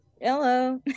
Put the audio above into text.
Hello